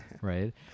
Right